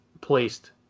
placed